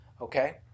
okay